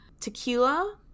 Tequila